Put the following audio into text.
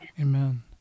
Amen